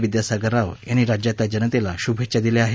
विद्यासागर राव यांनी राज्यातल्या जनतेला शुभेच्छा दिल्या आहेत